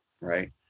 right